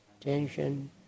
tension